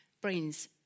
brains